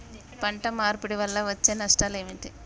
పంట మార్పిడి వల్ల వచ్చే నష్టాలు ఏమిటి?